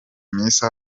misi